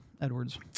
Edwards